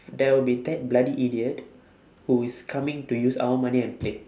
there will be that bloody idiot who is coming to use our money and play